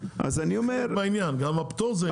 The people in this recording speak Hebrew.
זה חלק מהעניין, גם הפטור זה הטבה.